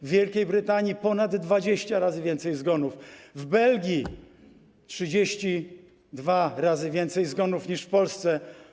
W Wielkiej Brytanii - ponad 20 razy więcej zgonów, w Belgii - 32 razy więcej zgonów niż w Polsce.